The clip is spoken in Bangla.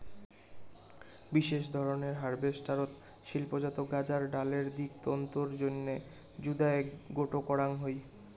বিশেষ ধরনের হারভেস্টারত শিল্পজাত গাঁজার ডালের দিক তন্তুর জইন্যে জুদায় গোটো করাং হই